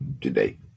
today